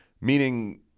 Meaning